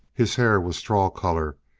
his hair was straw color,